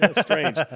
Strange